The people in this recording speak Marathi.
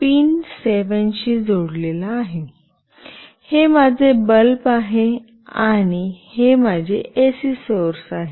हे माझे बल्ब आहे आणि हे माझे एसी सोर्स आहे